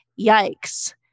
Yikes